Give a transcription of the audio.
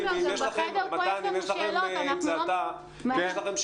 מתן כהנא (הבית היהודי - האיחוד הלאומי): לא.